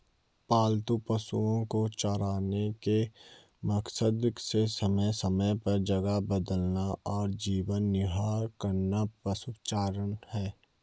पालतू पशुओ को चराने के मकसद से समय समय पर जगह बदलना और जीवन निर्वाह करना पशुचारण है